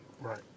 Right